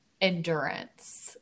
endurance